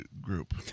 group